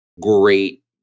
great